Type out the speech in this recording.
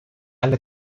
alle